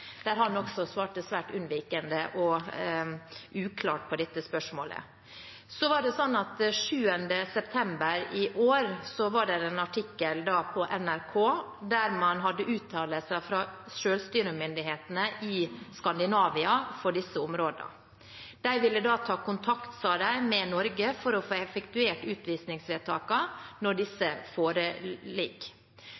der han også svarte svært unnvikende og uklart. Den 7. september i år var det en artikkel på nrk.no der man hadde uttalelser fra representanter i Skandinavia for selvstyremyndighetene i disse områdene. De sa de ville ta kontakt med Norge for å få effektuert utvisningsvedtakene når de foreligger. Disse